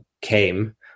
came